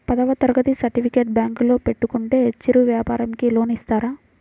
పదవ తరగతి సర్టిఫికేట్ బ్యాంకులో పెట్టుకుంటే చిరు వ్యాపారంకి లోన్ ఇస్తారా?